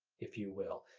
if you will,